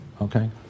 okay